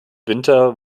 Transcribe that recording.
winter